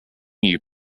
new